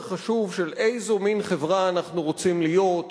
חשוב של איזה מין חברה אנחנו רוצים להיות,